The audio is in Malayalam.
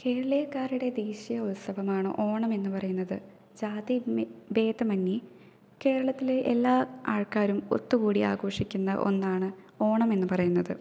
കേരളീയക്കാരുടെ ദേശിയ ഉത്സവമാണ് ഓണം എന്നുപറയുന്നത് ജാതി മത ഭേദമന്യെ കേരളത്തിലെ എല്ലാ ആൾക്കാരും ഒത്തുകൂടിയാഘോഷിക്കുന്ന ഒന്നാണ് ഓണം എന്ന് പറയുന്നത്